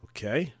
Okay